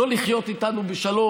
לא לחיות איתנו בשלום,